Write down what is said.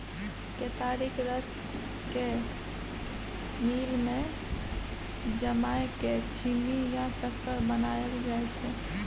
केतारीक रस केँ मिल मे जमाए केँ चीन्नी या सक्कर बनाएल जाइ छै